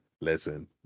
listen